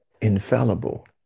infallible